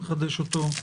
נחדש אותו מיד.